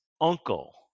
uncle